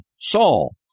Saul